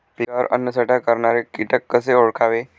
पिकावर अन्नसाठा करणारे किटक कसे ओळखावे?